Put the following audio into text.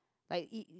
like it